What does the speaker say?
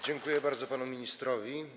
Dziękuję bardzo panu ministrowi.